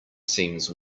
seems